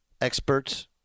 experts